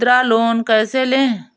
मुद्रा लोन कैसे ले?